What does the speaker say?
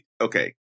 Okay